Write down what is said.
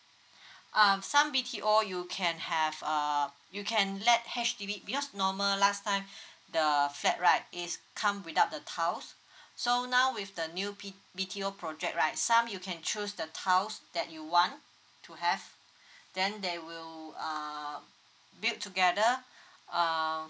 um some B_T_O you can have err you can let H_D_B because normal last time the flat right is come without the tiles so now with the new B~ B_T_O project right some you can choose the tiles that you want to have then they will uh build together err